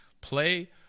play